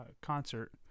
concert